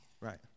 Right